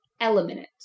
Element